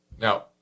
Now